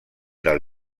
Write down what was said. del